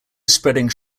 spreading